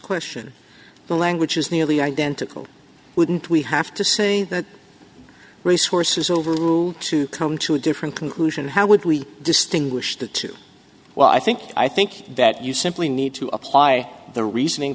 question the language is nearly identical wouldn't we have to say that resources over who to come to a different conclusion how would we distinguish the two well i think i think that you simply need to apply the reasoning